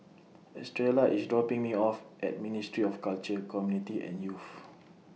Estrella IS dropping Me off At Ministry of Culture Community and Youth